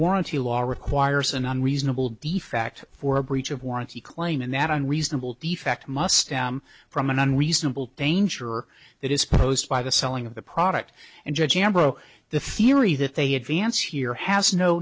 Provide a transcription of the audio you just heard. warranty law requires an unreasonable de fact for a breach of warranty claim and that unreasonable defect must am from an unreasonable danger that is posed by the selling of the product and judge ambo the theory that they advance here has no